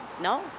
no